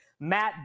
Matt